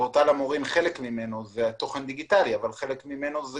שחלק ממנו תוכן דיגיטלי אבל חלק ממנו זה